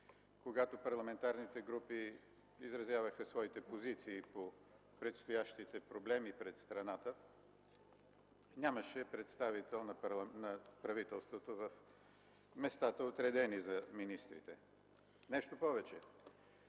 когато парламентарните групи изразяваха своите позиции по предстоящите проблеми пред страната, нямаше представител на правителството в местата, отредени за министрите. Нещо повече,